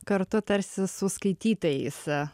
kartu tarsi su skaitytojais